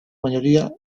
mayoría